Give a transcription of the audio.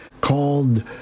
called